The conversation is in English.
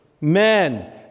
Men